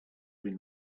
been